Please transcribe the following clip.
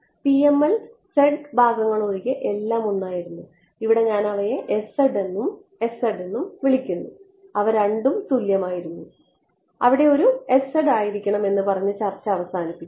PML z ഭാഗങ്ങൾ ഒഴികെ എല്ലാം ഒന്നായിരുന്നു ഇവിടെ ഞാൻ അവയെ എന്നും എന്നും വിളിക്കുന്നു അവ രണ്ടും തുല്യമായിരുന്നു അവിടെ ഒരു ആയിരിക്കണം എന്ന് പറഞ്ഞ് ചർച്ച അവസാനിച്ചു